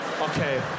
Okay